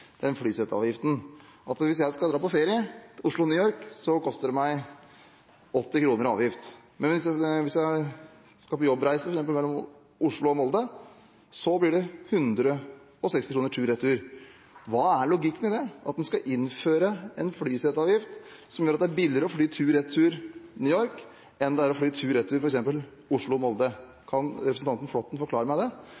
den enkelte, og det er klokt for samfunnet. Så er det en annen avgift, som dukket opp en sen nattetime, så jeg kan ikke tro det er gjennomtenkt. Det er flyseteavgiften. Hvis jeg skal dra på ferie Oslo–New York, koster det meg 80 kr i avgift, men hvis jeg skal på jobbreise f.eks. mellom Oslo og Molde, blir det 160 kr tur-retur. Hva er logikken i at en skal innføre en flyseteavgift som gjør det billigere å fly tur-retur New York enn å fly